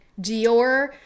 Dior